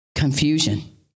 Confusion